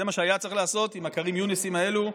זה מה שהיה צריך לעשות עם הכרים יונסים האלו,